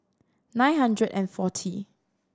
nine hundred and forty